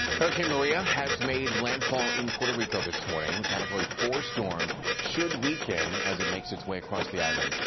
hurricane maria has made landfall in puerto rico this morning, and category four storm should weaken as it makes its way across the island.